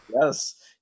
yes